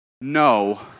No